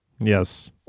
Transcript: Yes